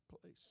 place